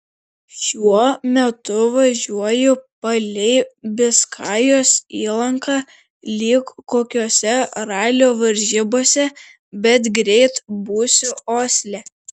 šiuo metu važiuoju palei biskajos įlanką lyg kokiose ralio varžybose bet greit būsiu osle